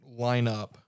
lineup